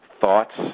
thoughts